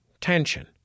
tension